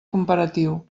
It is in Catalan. comparatiu